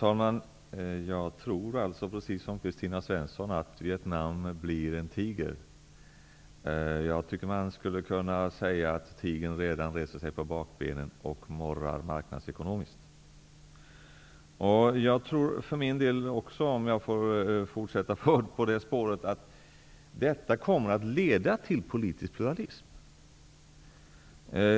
Herr talman! Jag tror, precis som Kristina Svensson, att Vietnam blir en tiger. Jag tycker att man skulle kunna säga att tigern redan reser sig på bakbenen och morrar marknadsekonomiskt. Jag tror för min del också, om jag får fortsätta på det spåret, att detta kommer att leda till politisk pluralism.